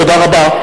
תודה רבה.